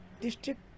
district